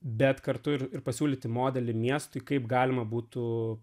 bet kartu ir pasiūlyti modelį miestui kaip galima būtų